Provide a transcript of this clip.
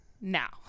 now